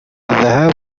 الذهاب